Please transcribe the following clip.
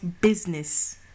business